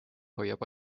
hoiab